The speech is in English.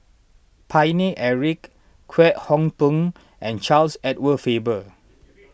Paine Eric Kwek Hong Png and Charles Edward Faber